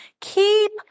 Keep